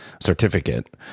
certificate